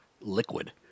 liquid